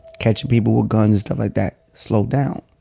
catchin' people with guns and stuff like that slowed down